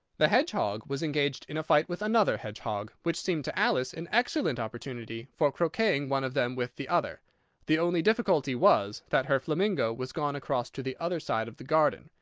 the hedgehog was engaged in a fight with another hedgehog, which seemed to alice an excellent opportunity for croqueting one of them with the other the only difficulty was, that her flamingo was gone across to the other side of the garden,